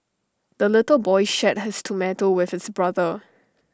the little boy shared his tomato with his brother